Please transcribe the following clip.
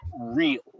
real